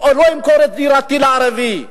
אפילו שמתחיל בלימודי המשפטים.